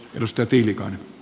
arvoisa puhemies